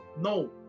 No